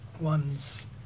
one's